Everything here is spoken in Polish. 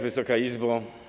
Wysoka Izbo!